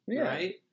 right